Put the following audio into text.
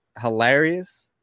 hilarious